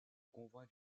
convoi